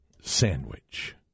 sandwich